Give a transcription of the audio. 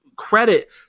Credit